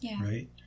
right